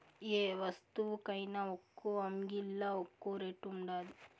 యే వస్తువుకైన ఒక్కో అంగిల్లా ఒక్కో రేటు ఉండాది